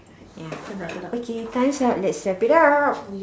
ya okay time's up let's wrap it up